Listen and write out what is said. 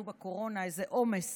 בקורונה למדנו איזה עומס